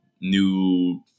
new